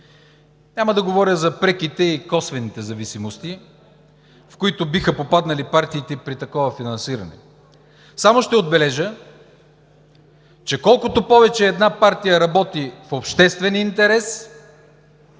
Няма да говоря за преките и косвените зависимости, в които биха попаднали партиите при такова финансиране, само ще отбележа, че колкото повече една партия работи в обществен интерес,